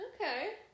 Okay